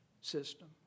system